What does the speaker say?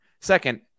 Second